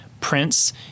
Prince